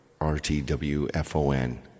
R-T-W-F-O-N